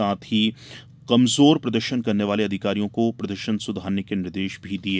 साथ ही कमजोर प्रदर्शन करने वाले अधिकारियों को प्रदर्शन सुधारने के निर्देश दिये